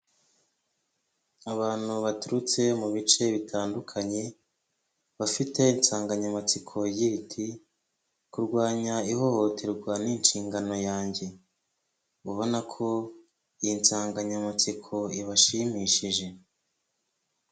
Abantu baturutse mu bice bitandukanye, bafite insanganyamatsiko igira iti "kurwanya ihohoterwa ni inshingano yanjye" ubona ko iyi nsanganyamatsiko ibashimishije.